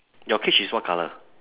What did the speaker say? your cage is what colour